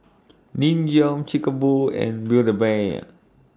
Nin Jiom Chic A Boo and Build A Bear